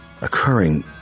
occurring